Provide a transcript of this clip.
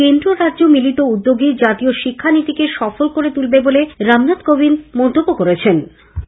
কেন্দ্র রাজ্য মিলিত উদ্যোগই জাতীয় শিক্ষানীতিকে সফল করে তুলবে বলে তিনি মন্তব্য করেন